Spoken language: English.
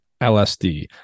LSD